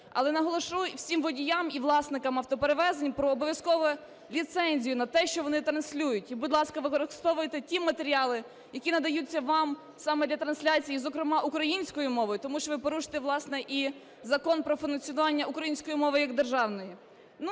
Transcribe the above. але наголошу всім водіям і власникам автоперевезень про обов'язкову ліцензію на те, що вони транслюють. І, будь ласка, використовуйте ті матеріали, які надаються вам саме для трансляції, зокрема українською мовою, тому що ви порушуєте, власне, і Закон про функціонування української мови як державної.